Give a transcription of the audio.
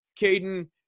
Caden –